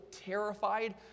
terrified